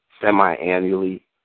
semi-annually